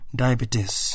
diabetes